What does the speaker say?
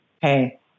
hey